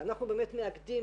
דיברת על השינוי החקיקתי.